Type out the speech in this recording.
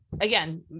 again